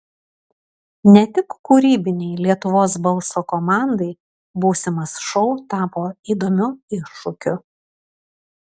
ne tik kūrybinei lietuvos balso komandai būsimas šou tapo įdomiu iššūkiu